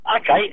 okay